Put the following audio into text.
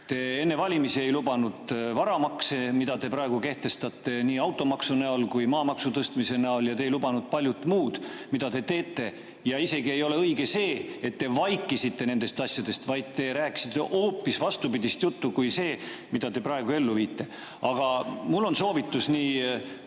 Enne valimisi te ei lubanud varamakse, mida te praegu kehtestate nii automaksuna kui maamaksu tõstmisena, ja te ei lubanud ka paljut muud, mida te teete. Isegi ei ole õige öelda, et te vaikisite nendest asjadest, vaid te rääkisite hoopis vastupidist juttu sellele, mida te praegu ellu viite. Aga mul on teile